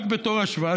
רק בתור השוואה,